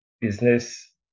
business